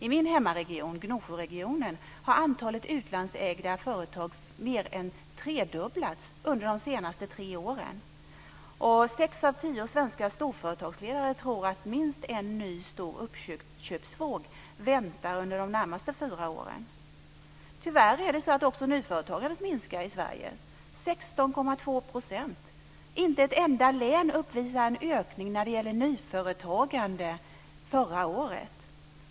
I min hemmaregion, Gnosjöregionen, har antalet utlandsägda företag mer än tredubblats under de senaste tre åren. Sex av tio svenska storföretagsledare tror att minst en ny stor uppköpsvåg väntar inom de närmaste fyra åren. Tyvärr minskar också nyföretagandet i Sverige - 16,2 %. Inte ett enda län uppvisar en ökning när det gäller nyföretagande förra året.